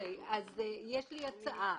יש לי הצעה.